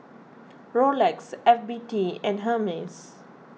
Rolex F B T and Hermes